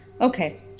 Okay